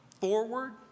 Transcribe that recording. forward